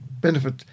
benefit